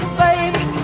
baby